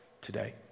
today